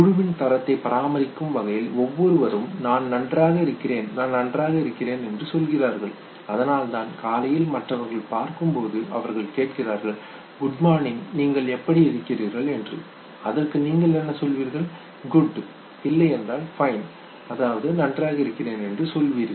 குழுவின் தரத்தை பராமரிக்கும் வகையில் ஒவ்வொருவரும் "நான் நன்றாக இருக்கிறேன்" "நான் நன்றாக இருக்கிறேன்" என்று சொல்கிறார்கள் அதனால்தான் காலையில் மற்றவர்கள் பார்க்கும் பொழுது அவர்கள் கேட்கிறார்கள் "குட்மார்னிங் நீங்கள் எப்படி இருக்கிறீர்கள்" என்று அதற்கு நீங்கள் என்ன சொல்வீர்கள் "குட்" இல்லையென்றால் "ஃபைன்" அதாவது "நன்றாக இருக்கிறேன்" என்று சொல்கிறீர்கள்